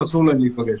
אסור להם להיפגש.